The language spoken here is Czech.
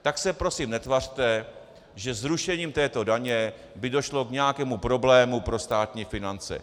Tak se prosím netvařte, že zrušením této daně by došlo k nějakému problému pro státní finance.